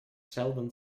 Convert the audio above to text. zelden